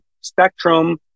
spectrum